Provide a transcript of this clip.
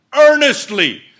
earnestly